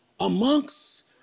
Amongst